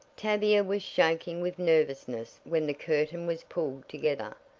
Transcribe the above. tavia was shaking with nervousness when the curtain was pulled together,